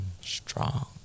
strong